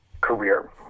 career